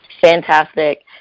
Fantastic